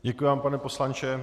Děkuji vám, pane poslanče.